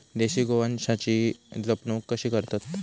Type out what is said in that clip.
देशी गोवंशाची जपणूक कशी करतत?